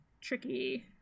tricky